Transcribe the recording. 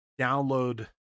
download